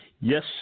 Yes